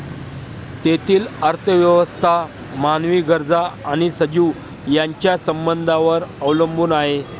तेथील अर्थव्यवस्था मानवी गरजा आणि सजीव यांच्या संबंधांवर अवलंबून आहे